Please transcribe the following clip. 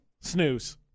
Snooze